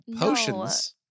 Potions